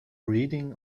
reading